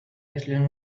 explain